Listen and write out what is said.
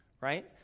Right